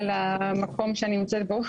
סליחה על המקום שאני נמצאת בו,